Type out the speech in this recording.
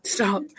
Stop